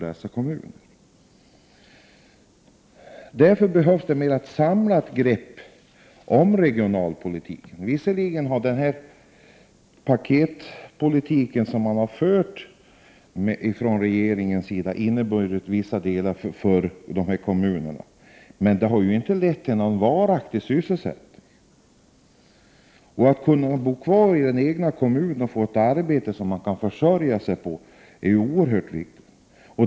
Därför behövs ett samlat grepp om regionalpolitiken. Visserligen har regeringens paketpolitik inneburit vissa fördelar för dessa kommuner, men den har inte lett till någon varaktig sysselsättning. Det är oerhört viktigt för människor att kunna bo kvar i den egna kommunen och få ett arbete att försörja sig på.